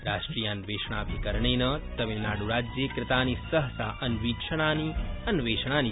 राष्ट्रियान्वेषणाभिकरणेन तमिलनाड्राज्ये कृतानि सहसा अन्वीक्षणानि अन्वेषणानि च